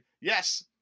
yes